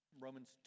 Romans